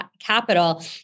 capital